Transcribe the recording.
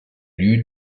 lieux